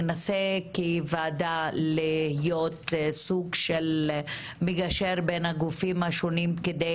ננסה כוועדה להיות סוג של מגשר בין הגופים השונים כדי